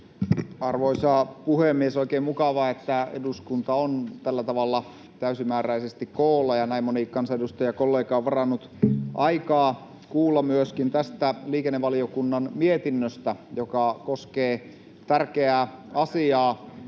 Arvoisa puhemies! On oikein mukavaa, että eduskunta on tällä tavalla täysimääräisesti koolla ja näin moni kansanedustajakollega on varannut aikaa kuulla myöskin tästä liikennevaliokunnan mietinnöstä, joka koskee tärkeää asiaa.